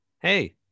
Hey